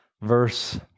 verse